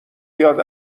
بیاد